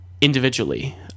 individually